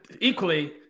equally